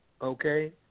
Okay